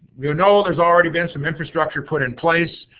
you know there's already been some infrastructure put in place,